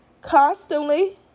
constantly